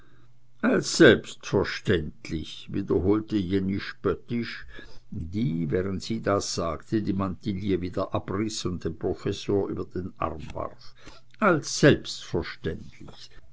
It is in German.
als selbstverständlich wiederholte jenny spöttisch die während sie das sagte die mantille wieder abriß und dem professor über den arm warf als selbstverständlich